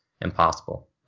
impossible